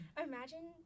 imagine